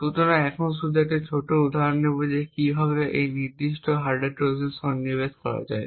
সুতরাং আমরা শুধু একটি ছোট উদাহরণ নেব কীভাবে একটি নির্দিষ্ট হার্ডওয়্যার ট্রোজান সন্নিবেশ করা যায়